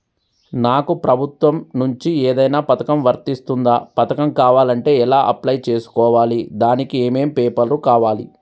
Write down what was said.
నాకు ప్రభుత్వం నుంచి ఏదైనా పథకం వర్తిస్తుందా? పథకం కావాలంటే ఎలా అప్లై చేసుకోవాలి? దానికి ఏమేం పేపర్లు కావాలి?